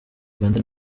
uganda